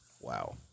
Wow